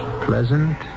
pleasant